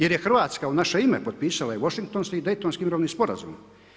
Jer je Hrvatska u naše ime potpisala i Washingtonski i Daytonski mirovni sporazum.